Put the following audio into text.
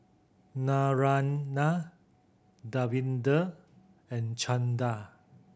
Naraina Davinder and Chanda